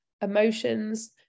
emotions